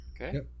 Okay